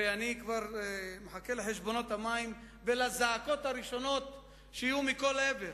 אני כבר מחכה לחשבונות המים ולזעקות הראשונות שיהיו מכל עבר,